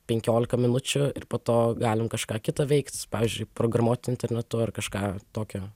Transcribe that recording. penkiolika minučių ir po to galim kažką kitą veikt pavyzdžiui programuot internetu ar kažką tokio